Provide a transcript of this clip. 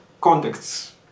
contexts